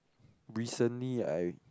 recently I